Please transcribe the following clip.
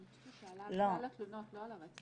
אני חושבת שהיא שאלה על התלונות, לא על הרצח.